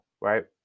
right